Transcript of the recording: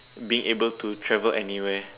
being able to travel anywhere